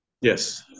Yes